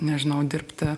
nežinau dirbti